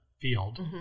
field